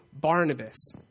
Barnabas